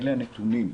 אלה הנתונים,